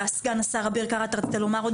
סגן השר, אביר קארה, אתה רצית לומר עוד מילה?